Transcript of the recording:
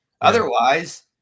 Otherwise